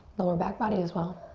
lower back body as well.